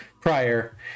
prior